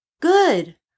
good